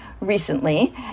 recently